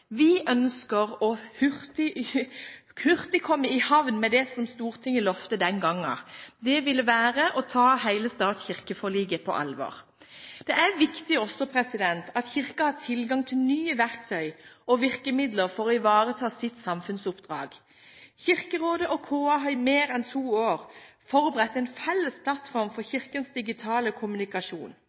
Vi ønsker hurtig å komme i havn med det som Stortinget lovte den gangen. Det ville være å ta hele stat–kirke-forliket på alvor. Det er viktig også at Kirken har tilgang til nye verktøy og virkemidler for å ivareta sitt samfunnsoppdrag. Kirkerådet og KA har i mer enn to år forberedt en felles plattform for Kirkens digitale kommunikasjon.